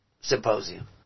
symposium